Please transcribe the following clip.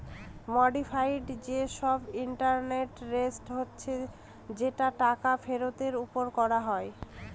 modified যে সব internal rate হচ্ছে যেটা টাকা ফেরতের ওপর করা হয়